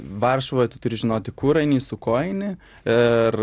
varšuvoj tu turi žinoti kur eini su kuo eini ir